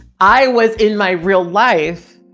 i was in my real life,